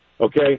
okay